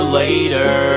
later